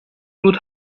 رود